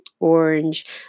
orange